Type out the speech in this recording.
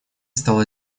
стало